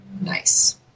Nice